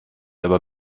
aber